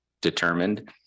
determined